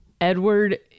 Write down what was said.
Edward